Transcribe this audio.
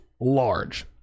large